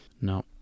No